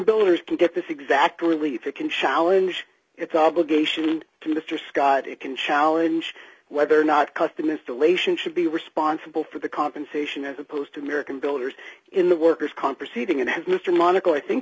builders can get this exact really if it can challenge its obligation to mr scott it can challenge whether or not custom installation should be responsible for the compensation as opposed to american builders in the workers comp proceeding and as mr monaco i think